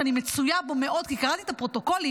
שאני מצויה בו מאוד כי קראתי את הפרוטוקולים,